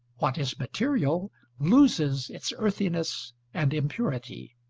what is material loses its earthiness and impurity.